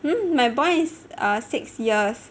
mm my bond is err six years